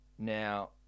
now